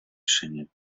решений